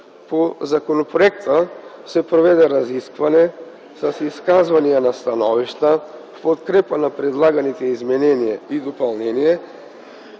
По законопроекта се проведе разискване с изказвания на становища в подкрепа на предлаганите изменения и допълнения,